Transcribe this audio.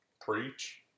Preach